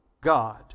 God